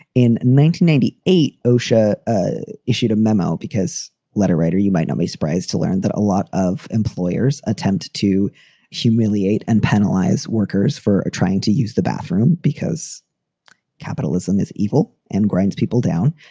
in nineteen ninety eight, osha ah issued a memo because letter writer, you might not be surprised to learn that a lot of employers attempt to humiliate and penalize workers for trying to use the bathroom because capitalism is evil and grinds people down.